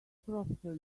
professor